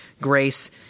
grace